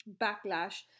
backlash